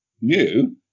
new